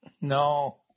No